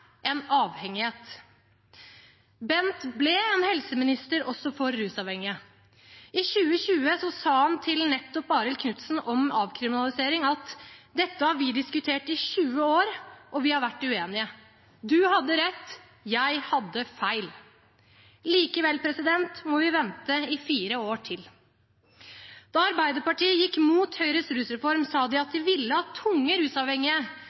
en avhengighet. Bent ble en helseminister også for rusavhengige. I 2020 sa han til nettopp Arild Knutsen om avkriminalisering at «dette har vi diskutert i 20 år, og vi har vært uenige. Du hadde rett, jeg hadde feil». Likevel må vi vente i fire år til. Da Arbeiderpartiet gikk mot Høyres rusreform, sa de at de ville at tunge rusavhengige